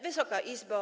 Wysoka Izbo!